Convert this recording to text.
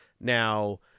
now